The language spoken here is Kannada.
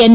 ಎನ್